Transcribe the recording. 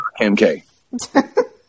MK